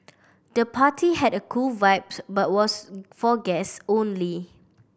the party had a cool vibe but was for guests only